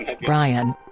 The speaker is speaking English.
Brian